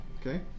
Okay